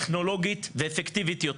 טכנולוגית ואפקטיבית יותר,